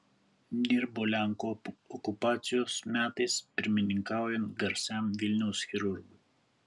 dirbo lenkų okupacijos metais pirmininkaujant garsiam vilniaus chirurgui